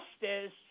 justice